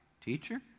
teacher